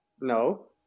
no